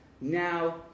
now